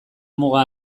muga